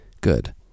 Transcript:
good